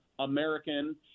American